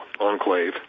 enclave